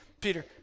Peter